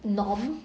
norm